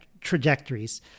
trajectories